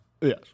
Yes